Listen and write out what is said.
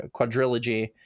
quadrilogy